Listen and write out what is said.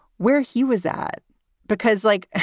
where he was, that because, like,